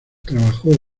trabajó